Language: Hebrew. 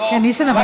אבל ניסן,